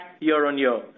year-on-year